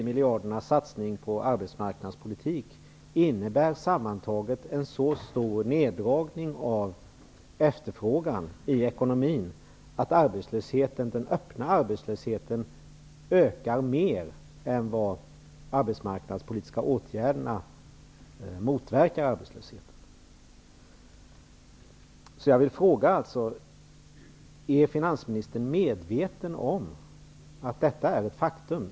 miljarder kronor på arbetsmarknadspolitiken, innebär sammantaget en så stor neddragning av efterfrågan i ekonomin att den öppna arbetslösheten ökar mer än vad de arbetsmarknadspolitiska åtgärderna motverkar arbetslösheten. Är finansministern medveten om att detta är ett faktum?